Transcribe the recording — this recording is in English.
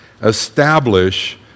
establish